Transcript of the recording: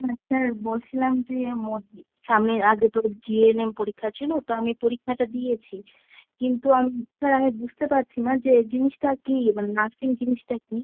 হ্যাঁ স্যার বলছিলাম যে এর মধ্যে সামনের আগে তো জি এন এম পরীক্ষা ছিলো তো আমি পরীক্ষাটা দিয়েছি কিন্তু আমি স্যার বুঝতে পারছি না যে জিনিসটা কী মানে নার্সিং জিনিসটা কী